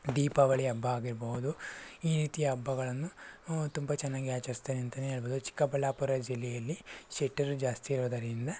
ದೀಪಾವಳಿ ಹಬ್ಬ ಆಗಿರಬಹುದು ಈ ರೀತಿಯ ಹಬ್ಬಗಳನ್ನು ತುಂಬ ಚೆನ್ನಾಗಿ ಆಚರಿಸ್ತಾರೆ ಅಂತಲೇ ಹೇಳಬಹುದು ಚಿಕ್ಕಬಳ್ಳಾಪುರ ಜಿಲ್ಲೆಯಲ್ಲಿ ಶೆಟ್ಟರು ಜಾಸ್ತಿ ಇರೋದರಿಂದ